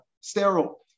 sterile